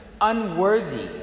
unworthy